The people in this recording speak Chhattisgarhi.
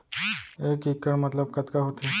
एक इक्कड़ मतलब कतका होथे?